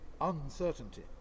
uncertainty